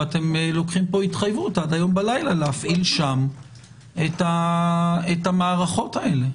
ואתם לוקחים פה התחייבות עד הלילה להפעיל שם את המערכות האלה.